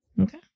okay